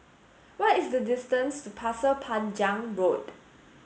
what is the distance to Pasir Panjang Road